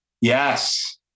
Yes